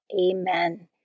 Amen